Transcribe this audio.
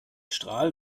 strahl